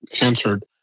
answered